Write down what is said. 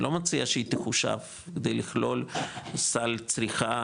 אני לא מציעה שהיא תחושב כדי לכלול סל צריכה